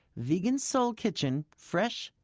vegan soul kitchen fresh,